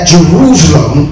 Jerusalem